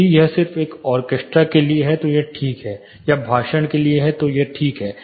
यदि यह सिर्फ एक ऑर्केस्ट्रा के लिए है तो यह ठीक है या भाषण यह ठीक है